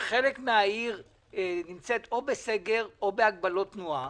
שחלק מן העיר נמצא בסגר או בהגבלות תנועה